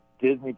Disney